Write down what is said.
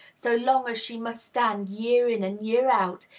so long as she must stand, year in and year out,